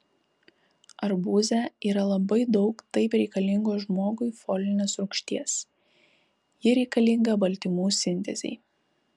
arbūze yra labai daug taip reikalingos žmogui folinės rūgšties ji reikalinga baltymų sintezei